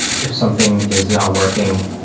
if something is not working,